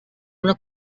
una